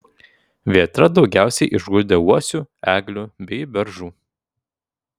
vėtra daugiausiai išguldė uosių eglių bei beržų